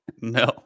No